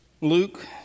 Luke